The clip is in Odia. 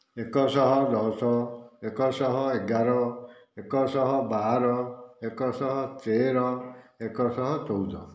ଏକଶହ ଦଶ ଏକଶହ ଏଗାର ଏକଶହ ବାର ଏକଶହ ତେର ଏକଶହ ଚଉଦ